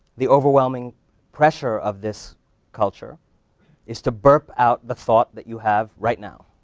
the overwhelming pressure of this culture is to burp out the thought that you have right now,